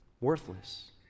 worthless